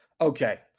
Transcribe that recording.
Okay